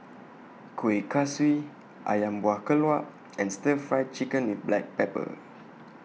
Kueh Kaswi Ayam Buah Keluak and Stir Fry Chicken with Black Pepper